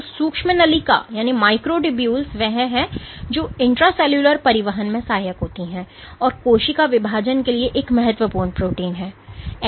तो सूक्ष्मनलिका वह है जो इंट्रा सेलुलर परिवहन में सहायक होती है और कोशिका विभाजन के लिए एक महत्वपूर्ण प्रोटीन है